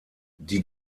die